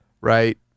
right